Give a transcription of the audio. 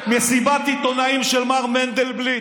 אנחנו מבינים.